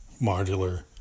modular